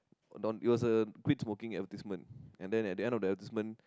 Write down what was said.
it was a quit smoking advertisement and then at the end of the advertisement